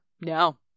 No